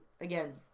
again